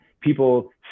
people